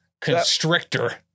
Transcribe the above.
constrictor